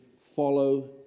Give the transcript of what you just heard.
follow